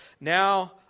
Now